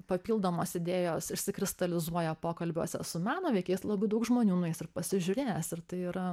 papildomos idėjos išsikristalizuoja pokalbiuose su meno veikėjais labai daug žmonių nueis ir pasižiūrės ir tai yra